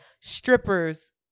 strippers